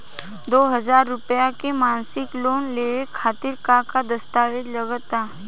दो हज़ार रुपया के मासिक लोन लेवे खातिर का का दस्तावेजऽ लग त?